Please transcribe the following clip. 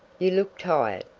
you look tired.